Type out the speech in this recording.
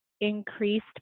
increased